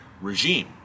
regime